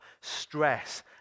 stress